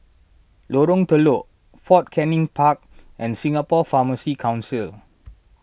Lorong Telok Fort Canning Park and Singapore Pharmacy Council